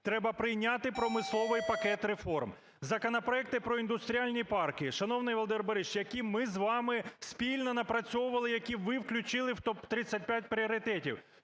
треба прийняти промисловий пакет реформ. Законопроекти про індустріальні парки, шановний Володимир Борисович, які ми з вами спільно напрацьовували, які ви включили в топ-35 пріоритетів.